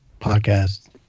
podcast